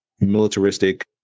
militaristic